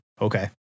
okay